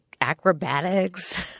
acrobatics